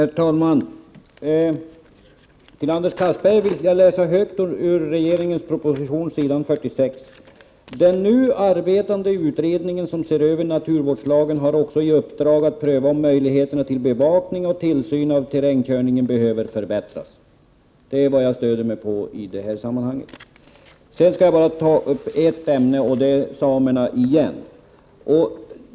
Herr talman! För Anders Castberger vill jag läsa något ur regeringens proposition, s. 46: ”Den nu arbetande utredningen som ser över naturvårdslagen har också i uppdrag att pröva om möjligheterna till bevakning och tillsyn av terrängkörningen behöver förbättras.” Det är vad jag stöder mig på i det sammanhanget. Sedan skall jag bara ta upp ytterligare ett ämne, och det gäller återigen samerna.